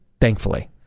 Thankfully